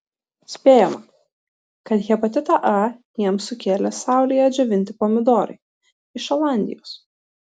spėjama kad hepatitą a jiems sukėlė saulėje džiovinti pomidorai iš olandijos